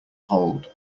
hold